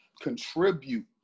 contribute